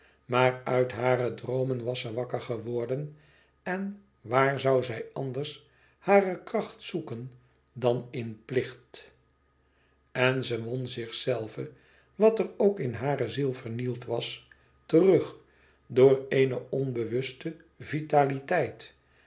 maar uit hare droomen was ze wakker geworden en waar zoû zij anders hare kracht zoeken dan in plicht en ze won zichzelve wat er ook in hare ziel vernield was terug door eene onbewuste vitaliteit